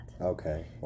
Okay